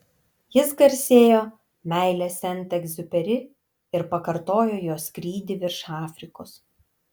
jis garsėjo meile sent egziuperi ir pakartojo jo skrydį virš afrikos